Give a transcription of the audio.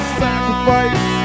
sacrifice